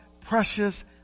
precious